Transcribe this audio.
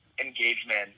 engagement